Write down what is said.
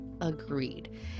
agreed